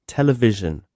Television